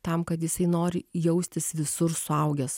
tam kad jisai nori jaustis visur suaugęs